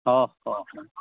ᱚᱼᱦᱚ